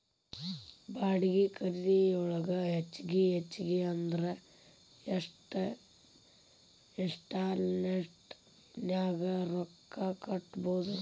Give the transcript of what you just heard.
ಬಾಡ್ಗಿ ಖರಿದಿಯೊಳಗ ಹೆಚ್ಗಿ ಹೆಚ್ಗಿ ಅಂದ್ರ ಯೆಷ್ಟ್ ಇನ್ಸ್ಟಾಲ್ಮೆನ್ಟ್ ನ್ಯಾಗ್ ರೊಕ್ಕಾ ಕಟ್ಬೊದು?